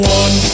one